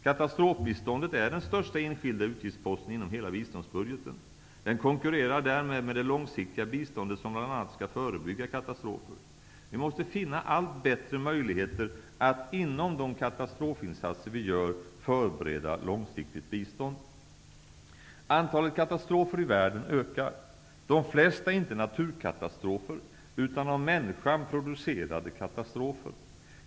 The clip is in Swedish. Katastrofbiståndet är den största enskilda utgiftsposten inom hela biståndsbudgeten. Den konkurrerar därmed med det långsiktiga biståndet som bl.a. skall förebygga katastrofer. Vi måste finna allt bättre möjligheter att inom de katastrofinsatser som vi gör förbereda långsiktigt bistånd. Antalet katastrofer i världen ökar. De flesta är inte naturkatastrofer utan av människan producerade katastrofer.